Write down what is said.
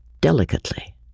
delicately